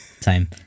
time